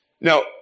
Now